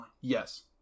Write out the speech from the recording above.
Yes